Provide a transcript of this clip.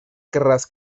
querrás